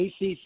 ACC